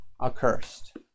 accursed